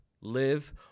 live